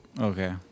Okay